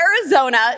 Arizona